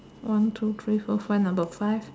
one two three four five number five